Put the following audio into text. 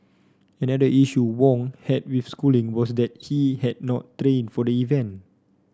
another issue Wong had with schooling was that he had not trained for the event